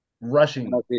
Rushing